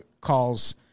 calls